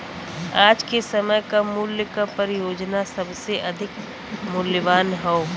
आज के समय क मूल्य क परियोजना सबसे अधिक मूल्यवान हौ